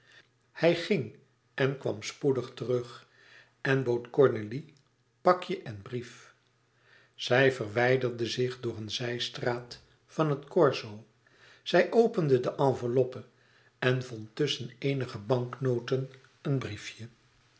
hij ging en kwam spoedig terug en bood cornélie pakje en brief zij verwijderde zich door een zijstraat van het corso zij opende de enveloppe en vond tusschen eenige banknoten een briefje